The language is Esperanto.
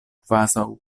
kvazaŭ